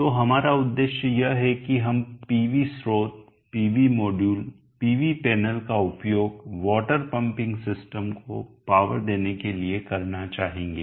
तो हमारा उद्देश्य यह है कि हम पीवी स्रोत पीवी मॉड्यूल पीवी पैनल का उपयोग वॉटर पंपिंग सिस्टम को पावर देने के लिए करना चाहेंगे